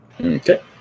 Okay